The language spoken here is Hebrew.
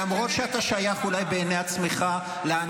ומצד שני לדבר ככה.